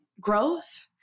growth